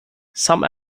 some